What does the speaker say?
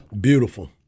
Beautiful